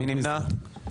מי נמנע?